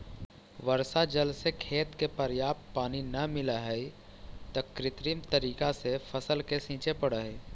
वर्षा जल से खेत के पर्याप्त पानी न मिलऽ हइ, त कृत्रिम तरीका से फसल के सींचे पड़ऽ हइ